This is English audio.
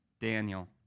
Daniel